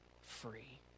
free